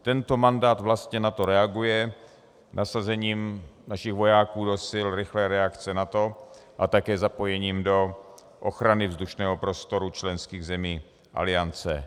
Tento mandát vlastně na to reaguje nasazením našich vojáků do Sil rychlé reakce NATO a také zapojením do ochrany vzdušného prostoru členských zemí Aliance.